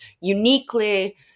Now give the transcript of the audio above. uniquely